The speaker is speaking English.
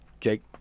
Jake